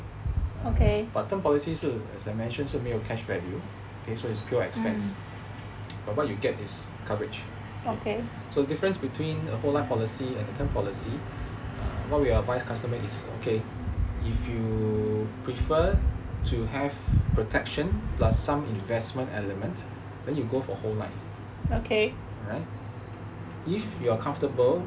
but term policy 是 as I mentioned 是没有 cash value okay so is pure expense but what you get is coverage okay so difference between a whole life policy and a term policy err what we advise customers is okay if you prefer to have protection plus some investment element then you go for whole life alright if you are comfortable